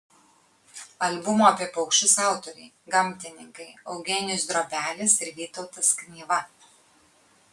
albumo apie paukščius autoriai gamtininkai eugenijus drobelis ir vytautas knyva